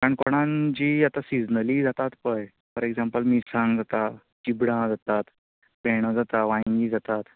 काणकोणान जी आता सिजनली जातात पळय फॉर एजांपल मिरसांग जाता चिबडां जातात भेंडो जातात वांयगी जातात